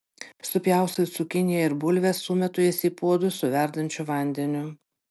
supjaustau cukiniją ir bulves sumetu jas į puodus su verdančiu vandeniu